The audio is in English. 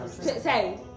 Say